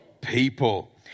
people